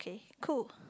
cool